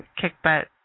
kick-butt